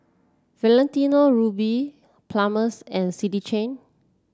Valentino Rudy Palmer's and City Chain